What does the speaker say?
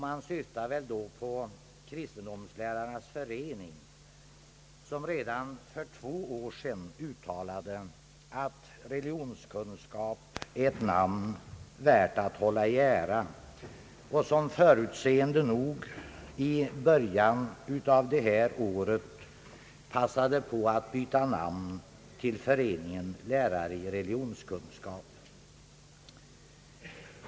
Man syftar väl bl.a. på Kristendomslärarnas förening, som redan för två år sedan uttalade att religionskunskap är ett namn värt att hålla i ära och som förutseende nog i början av detta år passade på att byta namn till Föreningen Lärare i religionskunskap.